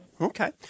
Okay